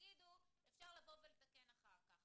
תגידו אפשר לבוא ולתקן את זה אחר כך,